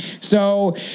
So-